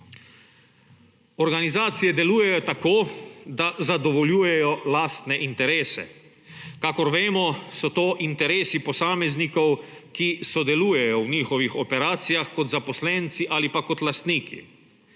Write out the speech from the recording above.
Organizacije delujejo tako, da zadovoljujejo lastne interese. Kakor vemo, so to interesi posameznikov, ki sodelujejo v njihovih operacijah kot zaposlenci ali pa kot lastniki.